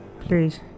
Please